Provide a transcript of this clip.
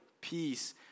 peace